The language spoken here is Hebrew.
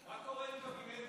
מה קורה עם קבינט הקורונה?